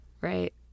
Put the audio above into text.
Right